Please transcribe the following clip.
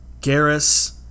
Garrus